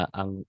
ang